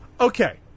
okay